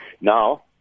Now